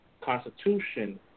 constitution